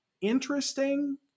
interesting